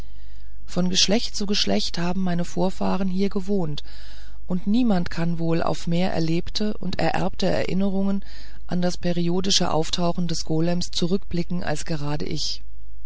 von geschlecht zu geschlecht haben meine vorfahren hier gewohnt und niemand kann wohl auf mehr erlebte und ererbte erinnerungen an das periodische auftauchen des golem zurückblicken als gerade ich